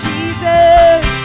Jesus